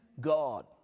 God